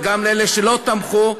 וגם לאלה שלא תמכו,